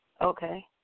Okay